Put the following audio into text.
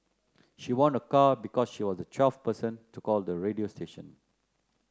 she won a car because she was the twelfth person to call the radio station